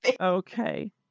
Okay